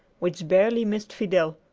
which barely missed fidel,